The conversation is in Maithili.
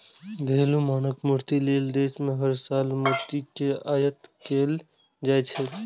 घरेलू मांगक पूर्ति लेल देश मे हर साल मोती के आयात कैल जाइ छै